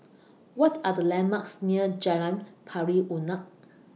What Are The landmarks near Jalan Pari Unak